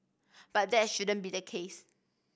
but that shouldn't be the case